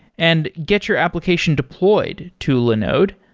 and get your application deployed to linode.